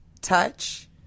touch